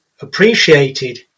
appreciated